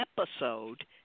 episode